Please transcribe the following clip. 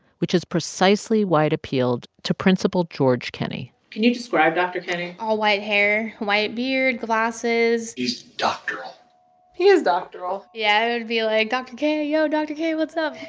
which is precisely why it appealed to principal george kenney can you describe dr. kenney? all-white hair, white beard, glasses he's doctoral he is doctoral yeah. i would be like, dr. k, yo, dr. k, what's up?